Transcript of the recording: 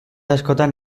askotan